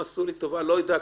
עשו לי טובה, אני לא יודע כלום,